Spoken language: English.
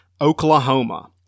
Oklahoma